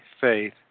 faith